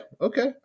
okay